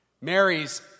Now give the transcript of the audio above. Mary's